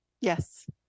Yes